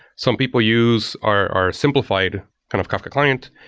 some people use our our simplified kind of kafka client,